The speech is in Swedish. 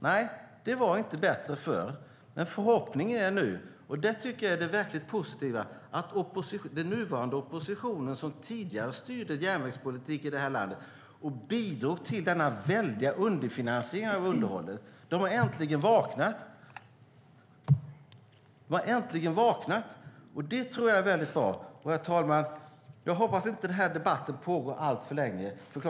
Nej, det var inte bättre förr, men förhoppningen är nu - och det är det verkligt positiva - att den nuvarande oppositionen, som tidigare styrde järnvägspolitiken i landet och bidrog till denna väldiga underfinansiering av underhållet, äntligen har vaknat. Det tror jag är väldigt bra. Herr talman! Jag hoppas att inte den här debatten pågår alltför länge, för kl.